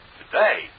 today